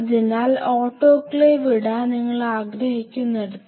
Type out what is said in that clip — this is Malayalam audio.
അതിനാൽ ഓട്ടോക്ലേവ് ഇടാൻ നിങ്ങൾ ആഗ്രഹിക്കുന്നിടത്ത്